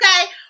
okay